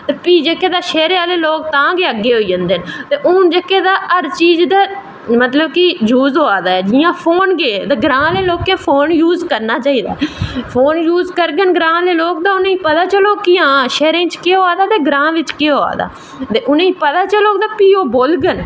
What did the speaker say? फ्ही जेह्के शैह्रे आह्ले लोग तां गै अग्गैं होई जंदे न हून जेह्के तां हर चीज ते हर चीज यूज होआ दा ऐ जियां फोन गै ऐ ते ग्रांऽ आह्लें लोकें फोन यूज करना चाही दा फोन यूज करंगन ग्रांऽ आह्ले लोग तां उनेंगी पता चलग कियां शैह्र च केह् होआ दा ते ग्रांऽ च केह् होआ दा ते उनेंगी पती चलग तां फ्ही ओह् बोलगंन